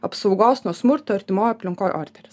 apsaugos nuo smurto artimoj aplinkoj orderis